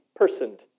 personed